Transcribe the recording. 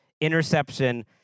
interception